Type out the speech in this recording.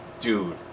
dude